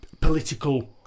political